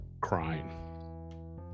crying